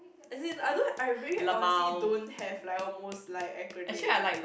as in I don't I really honestly don't have like a most like acronym